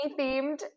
themed